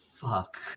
fuck